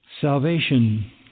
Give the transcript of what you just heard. salvation